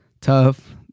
tough